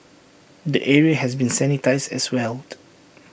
the area has been sanitised as well